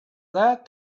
that